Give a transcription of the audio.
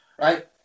right